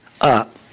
up